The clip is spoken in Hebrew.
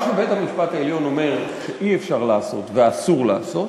מה שבית-המשפט העליון אומר שאי-אפשר לעשות ואסור לעשות,